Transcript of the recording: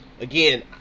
again